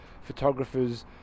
photographers